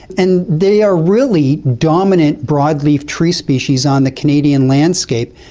and they are really dominant broadleaf tree species on the canadian landscape.